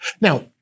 Now